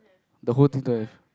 the whole thing don't have